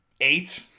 eight